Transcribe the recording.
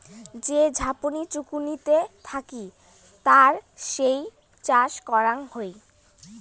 যে ঝাপনি জুচিকতে থাকি তার যেই চাষ করাং হই